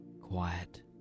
quiet